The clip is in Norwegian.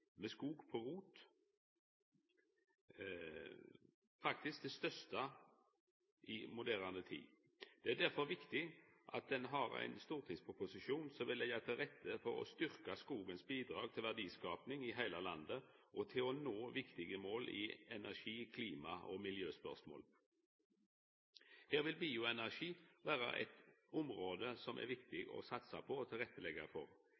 med skog på rot – faktisk er det det største i moderne tid. Det er derfor viktig at ein har ein stortingsproposisjon som vil leggja til rette for å styrkja skogens bidrag til verdiskaping i heile landet og til å nå viktige mål i energi-, klima- og miljøspørsmål. Her vil bioenergi vera eit område som det er viktig å satsa på og leggja til rette for.